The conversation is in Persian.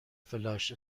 فلاش